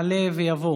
יעלה ויבוא